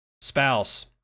Spouse